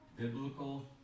biblical